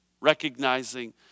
Recognizing